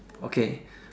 okay